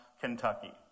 Kentucky